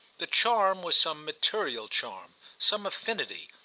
the charm was some material charm, some afffinity,